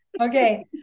Okay